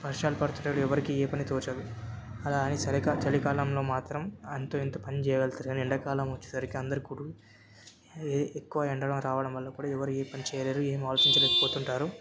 వర్షాలు పడుతుంటాయి ఎవరికి ఏ పని తోచదు అలా అని చలి చలికాలంలో మాత్రం అంతో ఇంతో పని చేయగలుగుతారు కానీ ఎండాకాలమొచ్చేసరికి అందరూ కూడా ఏ ఎక్కువ ఎండగా కావడం వల్ల ఎప్పుడు ఎవరూ ఏ పని చేయలేరు ఏం ఆలోచించలేక పోతుంటారు